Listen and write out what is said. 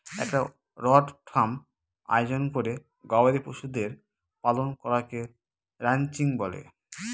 একটা বড় ফার্ম আয়োজন করে গবাদি পশুদের পালন করাকে রানচিং বলে